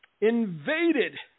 invaded